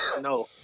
No